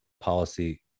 policy